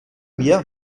mir